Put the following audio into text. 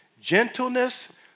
gentleness